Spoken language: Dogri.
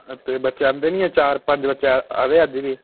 हां ते बच्चे आंदे नेईं चार पंज बच्चे आए दे हे अज्ज बी